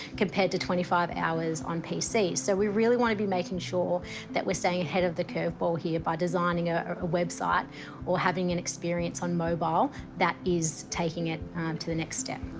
compared to twenty five hours on pc. so we really want to be making sure that we are staying ahead of the curve ball here by designing ah a website or having an experience on mobile that is taking it to the next step.